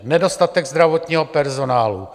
Nedostatek zdravotního personálu.